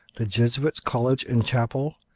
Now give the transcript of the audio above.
the jesuits' college and chapel,